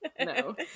no